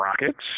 rockets